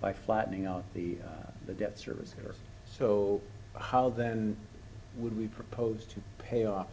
by flattening out the the debt service so how then would we propose to pay off